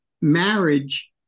marriage